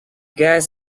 guys